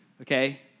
Okay